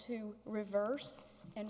to reverse and